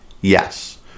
Yes